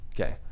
okay